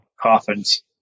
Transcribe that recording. coffins